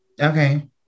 Okay